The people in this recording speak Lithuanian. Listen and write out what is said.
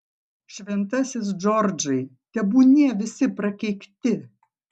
šventasis džordžai tebūnie visi prakeikti